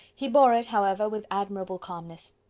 he bore it, however, with admirable calmness.